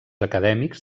acadèmics